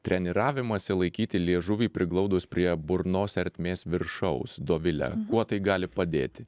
treniravimąsi laikyti liežuvį priglaudus prie burnos ertmės viršaus dovile kuo tai gali padėti